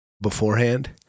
beforehand